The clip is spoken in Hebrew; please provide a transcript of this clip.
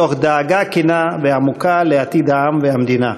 מתוך דאגה כנה ועמוקה לעתיד העם והמדינה.